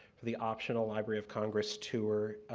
the optional library of congress tour